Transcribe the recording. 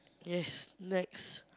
yes snacks